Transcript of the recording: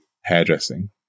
hairdressing